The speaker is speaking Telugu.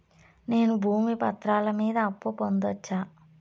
నేను భూమి పత్రాల మీద అప్పు పొందొచ్చా?